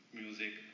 music